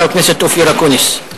חבר הכנסת אופיר אקוניס.